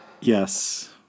Yes